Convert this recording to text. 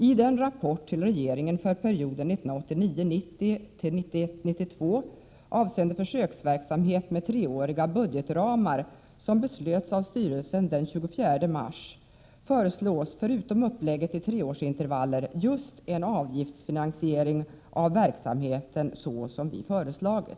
I den rapport till regeringen för perioden 1989 92 avseende försöksverksamhet med treåriga budgetramar som beslöts av styrelsen den 24 mars föreslås förutom upplägget i treårsintervaller just en avgiftsfinansiering av verksamheten så som vi föreslagit.